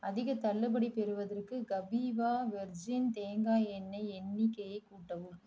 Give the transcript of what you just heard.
அதிக தள்ளுபடி பெறுவதற்கு கபீவா வெர்ஜின் தேங்காய் எண்ணெய் எண்ணிக்கையை கூட்டவும்